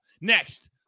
Next